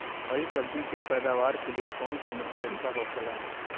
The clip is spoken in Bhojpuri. हरी सब्जी के पैदावार के लिए कौन सी मिट्टी अच्छा होखेला?